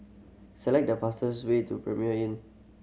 select the fastest way to Premier Inn